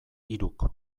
hiruk